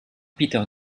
peter